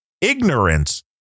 ignorance